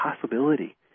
possibility